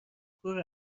کور